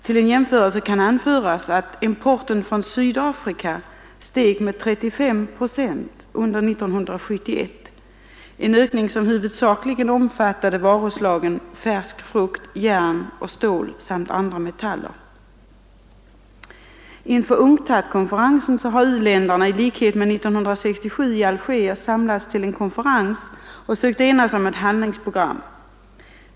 Som en jämförelse kan anföras att importen från Sydafrika steg med 35 procent under 1971, en ökning som huvudsakligen omfattade varuslagen färsk frukt, järn och stål samt andra metaller. Inför UNCTAD-konferensen har u-länderna i likhet med 1967 i Alger samlats till en konferens och sökt enas om ett handlingsprogram.